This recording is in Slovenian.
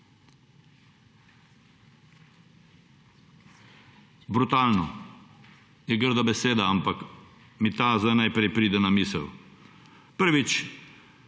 Brutalno. Je grda beseda, ampak mi ta sedaj najprej pride na misel. Prvič,